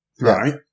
Right